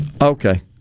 Okay